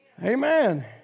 Amen